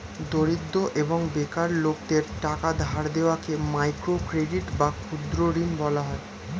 দরিদ্র এবং বেকার লোকদের টাকা ধার দেওয়াকে মাইক্রো ক্রেডিট বা ক্ষুদ্র ঋণ বলা হয়